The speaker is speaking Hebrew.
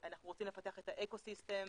אנחנו רוצים לפתח את האקו סיסטם,